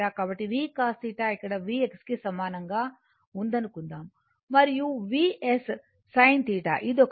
కాబట్టి v cos θ ఇక్కడ v x కి సమానంగా ఉందనుకుందాం x మరియు Vs sin θ ఇది ఒకటి